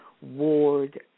Ward